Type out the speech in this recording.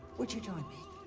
but you telling me